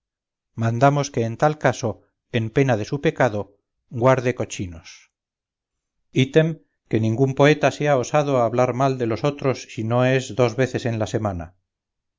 mandamos que en tal caso en pena de su pecado guarde cochinos item que ningún poeta sea osado a hablar mal de los otros si no es dos veces en la semana